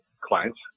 clients